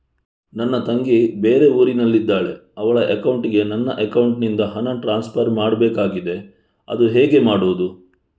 ನನ್ನ ತಂಗಿ ಬೇರೆ ಊರಿನಲ್ಲಿದಾಳೆ, ಅವಳ ಅಕೌಂಟಿಗೆ ನನ್ನ ಅಕೌಂಟಿನಿಂದ ಹಣ ಟ್ರಾನ್ಸ್ಫರ್ ಮಾಡ್ಬೇಕಾಗಿದೆ, ಅದು ಹೇಗೆ ಮಾಡುವುದು?